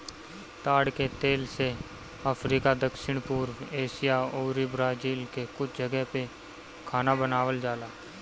ताड़ के तेल से अफ्रीका, दक्षिण पूर्व एशिया अउरी ब्राजील के कुछ जगह पअ खाना बनावल जाला